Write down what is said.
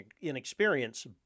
inexperience